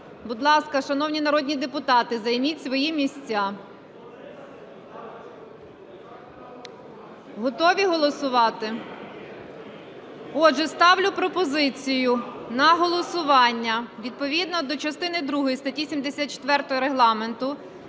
Будь ласка, шановні народні депутати, займіть свої місця. Готові голосувати? Отже, ставлю пропозицію на голосування: відповідно до частини другої статті 74 Регламенту